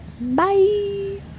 Bye